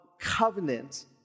covenant